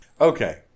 Okay